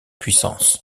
puissance